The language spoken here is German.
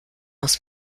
muss